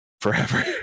forever